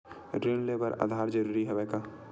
ऋण ले बर आधार जरूरी हवय का?